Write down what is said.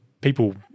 people